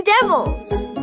Devils